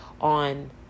on